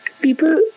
People